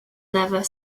never